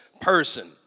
person